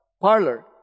parlor